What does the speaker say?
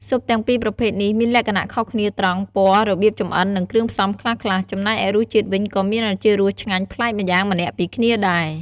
ស៊ុបទាំងប្រភេទពីរនេះមានលក្ខណៈខុសគ្នាត្រង់ ពណ៌ របៀបចម្អិន និងគ្រឿងផ្សំខ្លះៗ ចំណែកឯរសជាតិវិញក៏មានឱជារសឆ្ងាញ់ប្លែកម្យ៉ាងម្នាក់ពីគ្នាដែរ។